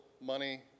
money